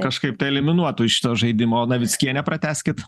kažkaip tai eliminuotų iš šito žaidimo navickienę pratęskit